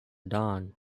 dawn